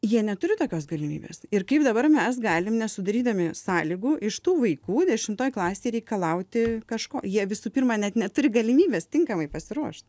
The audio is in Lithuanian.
jie neturi tokios galimybės ir kaip dabar mes galim nesudarydami sąlygų iš tų vaikų dešimtoj klasėj reikalauti kažko jie visų pirma net neturi galimybės tinkamai pasiruošt